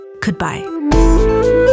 Goodbye